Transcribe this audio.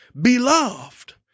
beloved